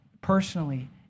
personally